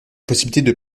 possibilité